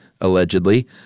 allegedly